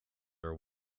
are